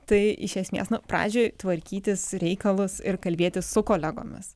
tai iš esmės na pradžioj tvarkytis reikalus ir kalbėtis su kolegomis